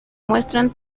muestran